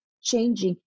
changing